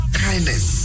kindness